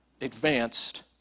advanced